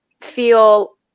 feel